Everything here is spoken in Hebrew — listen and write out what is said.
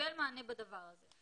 קיבל מענה בדבר הזה.